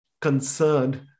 concerned